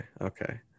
Okay